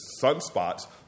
sunspots